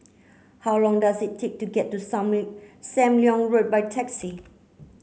how long does it take to get to Sam Leong Road by taxi